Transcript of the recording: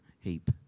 heap